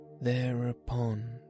Thereupon